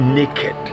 naked